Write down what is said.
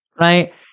right